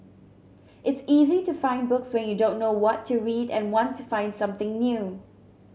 it's easy to find books when you don't know what to read and want to find something new